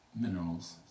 minerals